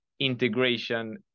integration